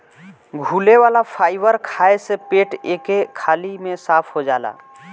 घुले वाला फाइबर खाए से पेट एके हाली में साफ़ हो जाला